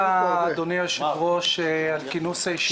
אדוני היושב-ראש, תודה רבה על כינוס הישיבה.